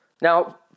Now